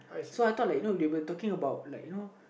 so I thought like you know they were talking about like you know